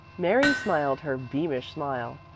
mary smiled her beamish smile.